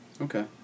okay